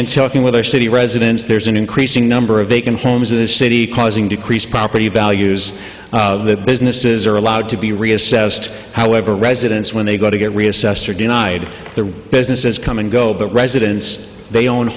helping with our city residents there's an increasing number of vacant homes in this city causing decreased property values that businesses are allowed to be reassessed however residents when they go to get reassessed are denied their businesses come and go but residents they own